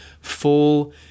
full